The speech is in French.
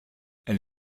elle